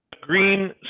green